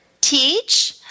teach